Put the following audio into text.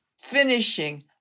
finishing